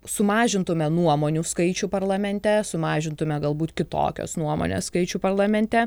sumažintume nuomonių skaičių parlamente sumažintume galbūt kitokios nuomonės skaičių parlamente